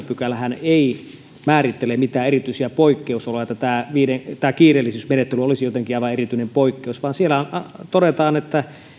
pykälähän ei määrittele mitään erityisiä poikkeusoloja että tämä kiireellisyysmenettely olisi jotenkin aivan erityinen poikkeus vaan siellä todetaan että